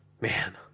man